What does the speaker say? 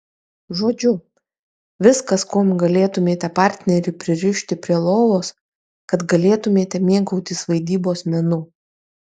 žodžiu viskas kuom galėtumėte partnerį pririšti prie lovos kad galėtumėte mėgautis vaidybos menu